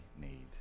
need